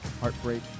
heartbreak